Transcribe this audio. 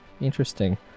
Interesting